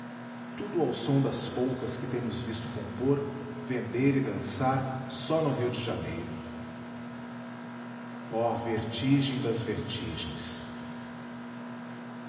tudo ao som das polcas que temos visto compor vender e dançar só no rio de janeiro o vertigem das vertigens